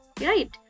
Right